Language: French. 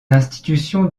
institutions